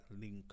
link